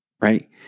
right